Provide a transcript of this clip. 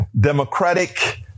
democratic